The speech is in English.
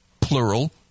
plural